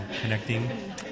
connecting